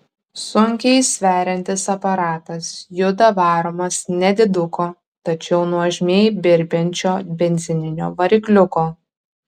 sunkiai sveriantis aparatas juda varomas nediduko tačiau nuožmiai birbiančio benzininio varikliuko